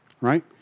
right